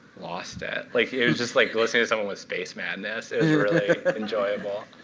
lost it. like yeah it was just like listening to someone with space madness. it was really enjoyable.